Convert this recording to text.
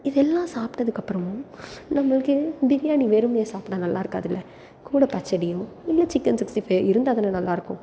இது எல்லாம் சாப்பிட்டதுக்கப்பறமும் நம்மளுக்கு பிரியாணி வெறுமனயே சாப்பிட நல்லா இருக்காதில்ல கூட பச்சடியும் இல்லை சிக்கன் சிக்ஸ்டி ஃபை இருந்தால்தான நல்லா இருக்கும்